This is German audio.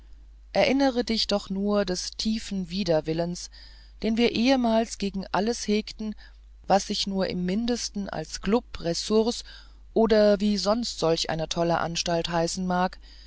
erinnere dich doch nur des tiefen widerwillens den wir ehemals gegen alles hegten was sich nur im mindesten als klub ressource oder wie sonst solch eine tolle anstalt heißen mag